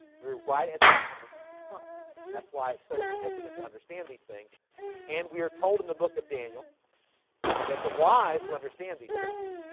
we were right at the return of jesus christ that's why it's so significant to understand these things and we are told in the book of daniel that the wise will understand these things.